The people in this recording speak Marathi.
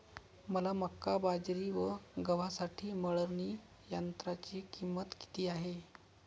मका, बाजरी व गव्हासाठी मळणी यंत्राची किंमत किती आहे?